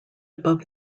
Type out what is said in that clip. above